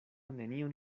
nenion